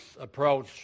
approach